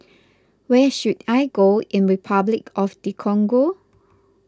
where should I go in Repuclic of the Congo